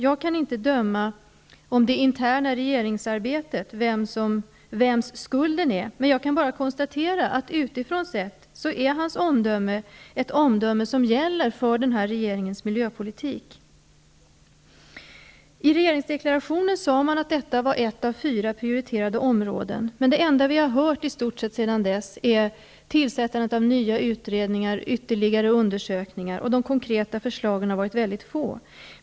Jag kan inte bedöma det interna regeringsarbetet och avgöra vems skulden är, men jag konstaterar bara att utifrån sett gäller Ulf Kristerssons omdöme för den här regeringens miljöpolitik. I regeringsdeklarationen sade man att detta var ett av fyra prioriterade områden, men det enda som vi sedan dess i stort sett har hört är att man skall tillsätta nya utredningar och göra ytterligare undersökningar. De konkreta förslagen har varit väldigt få.